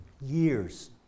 Years